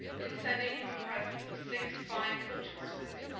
in sending him a present of six fine coach-horses,